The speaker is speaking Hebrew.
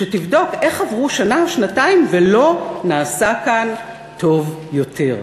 שתבדוק איך עברו שנה-שנתיים ולא נעשה כאן טוב יותר.